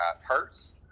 Hurts